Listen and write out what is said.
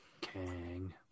Kang